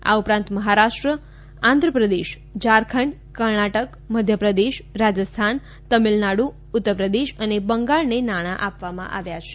આ ઉપરાંત મહારાષ્ટ્ર આંધ્રપ્રદેશ ઝારખંડ કર્ણાટક મધ્યપ્રદેશ રાજસ્થાન તમિલનાડુ ઉત્તરપ્રદેશ અને બંગાળને નાણાં આપવામાં આવ્યા છે